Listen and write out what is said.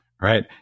right